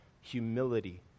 humility